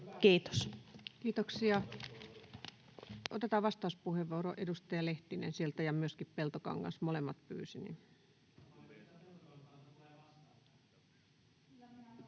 Content: Kiitoksia. — Otetaan vastauspuheenvuoro. Edustaja Lehtinen sieltä ja myöskin Peltokangas. Molemmat pyysivät.